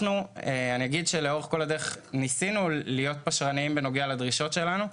לאורך כל הדרך ניסינו להתפשר בנוגע לדרישות שלנו.